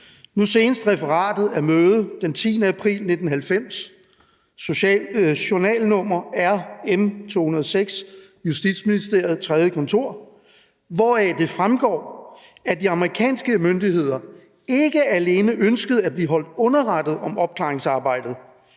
nu senest referatet af møde den 10. april 1990 (journalnummer R-M-206, Justitsministeriet, 3. kontor), hvoraf det fremgår, at de amerikanske myndigheder ikke alene ønskede at blive holdt underrettet om opklaringsarbejdet,